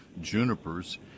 junipers